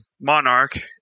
Monarch